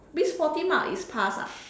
means forty mark is pass ah